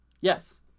Yes